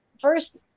first